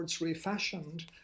refashioned